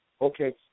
Okay